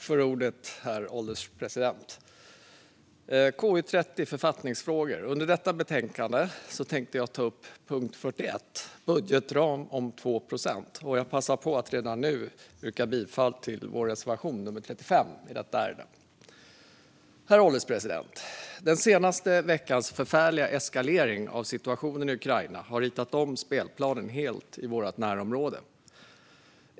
Herr ålderspresident! I debatten om betänkandet KU30 Författningsfrågor tänkte jag ta upp punkt 41, Budgetram om 2 procent. Jag passar på att redan nu yrka bifall till vår reservation nummer 35 i detta ärende. Herr ålderspresident! Den senaste veckans förfärliga eskalering av situationen i Ukraina har ritat om spelplanen helt i vårt närområde.